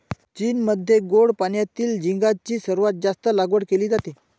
चीनमध्ये गोड पाण्यातील झिगाची सर्वात जास्त लागवड केली जाते